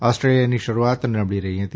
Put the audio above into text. ઓસ્ટ્રેલિયાની શરૂઆત નબળી રહી હતી